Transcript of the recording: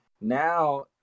now